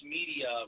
Media